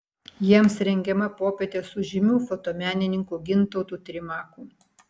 jiems rengiama popietė su žymiu fotomenininku gintautu trimaku